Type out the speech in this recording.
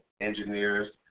engineers